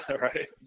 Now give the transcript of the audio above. right